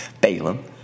Balaam